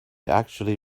actually